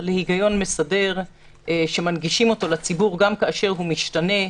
בהיגיון מסדר שמנגישים אותו לציבור גם כאשר הוא משתנה,